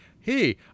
Hey